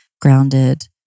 grounded